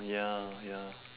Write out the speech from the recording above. ya ya